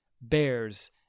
bears